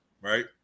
Right